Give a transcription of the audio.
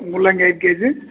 ಮೂಲಂಗಿ ಐದು ಕೆಜಿ